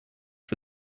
for